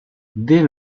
dès